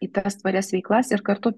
į tas tvarias veiklas ir kartu